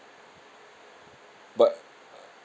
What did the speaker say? but